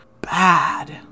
bad